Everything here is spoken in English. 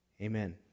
amen